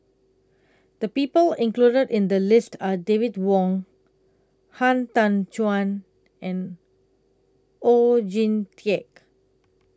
The People included in The list Are David Wong Han Tan Juan and Oon Jin Teik